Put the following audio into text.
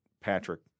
Patrick